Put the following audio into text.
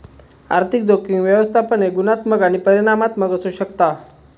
आर्थिक जोखीम व्यवस्थापन हे गुणात्मक आणि परिमाणात्मक असू शकता